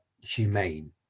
humane